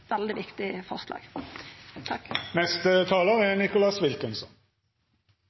veldig viktig forslag.